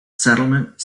settlement